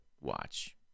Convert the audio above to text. watch